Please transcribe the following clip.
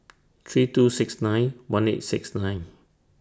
three two six nine one eight six nine